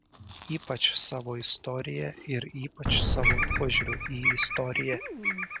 ypač savo istorija ir ypač savo požiūriu į istoriją